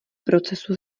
procesu